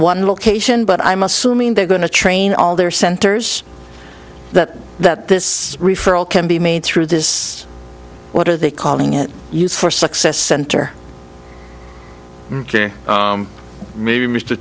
one location but i'm assuming they're going to train all their centers that that this referral can be made through this what are they calling it use for success center